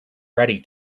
ready